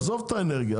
עזוב את האנרגיה.